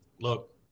Look